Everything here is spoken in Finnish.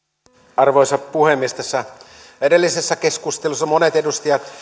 arvoisa puhemies tässä edellisessä keskustelussa monet edustajat